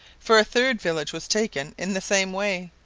for a third village was taken in the same way,